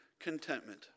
contentment